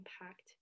impact